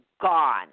gone